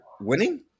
winning